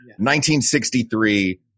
1963